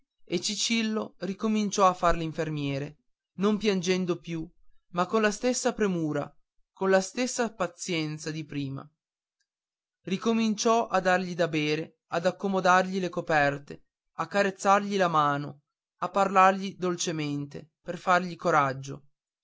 e cicillo ricominciò a far l'infermiere non piangendo più ma con la stessa premura con la stessa pazienza di prima ricominciò a dargli da bere ad accomodargli le coperte a carezzargli la mano a parlargli dolcemente per fargli coraggio